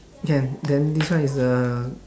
can then this one is a